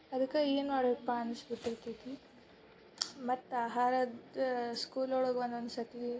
ಅದಕ್ಕೆ ಏನು ಮಾಡೋದಪ್ಪ ಅನ್ನಿಸ್ಬಿಟ್ಟೈತೈತಿ ಮತ್ತು ಆಹಾರದ ಸ್ಕೂಲ್ ಒಳಗೆ ಒಂದೊಂದು ಸರ್ತಿ